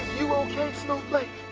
you okay, snowflake? oh,